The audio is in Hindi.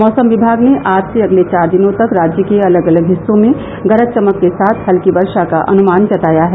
मौसम विभाग ने आज से अगले चार दिनों तक राज्य के अलग अलग हिस्सों में गरज चमक के साथ हल्की वर्षा का अनुमान जताया है